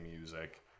music